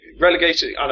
Relegated